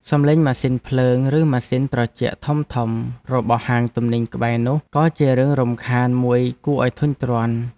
សំឡេងម៉ាស៊ីនភ្លើង ឬម៉ាស៊ីនត្រជាក់ធំៗរបស់ហាងទំនិញក្បែរនោះក៏ជារឿងរំខានមួយគួរឱ្យធុញទ្រាន់។